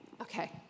Okay